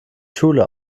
schule